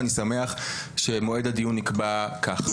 ואני שמח שמועד הדיון נקבע כך.